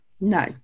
No